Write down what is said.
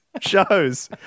shows